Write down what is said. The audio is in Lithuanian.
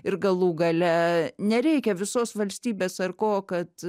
ir galų gale nereikia visos valstybės ar ko kad